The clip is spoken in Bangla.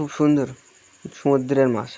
খুব সুন্দর সমুদ্রের মাছ